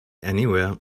anywhere